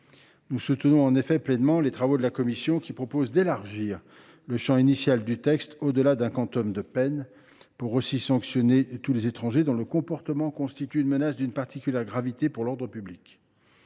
Nous soutenons en effet pleinement les travaux de la commission qui propose d’élargir le champ initial du texte au delà d’un quantum de peine, pour aussi sanctionner tous les étrangers dont le comportement constitue une menace d’une particulière gravité pour l’ordre public.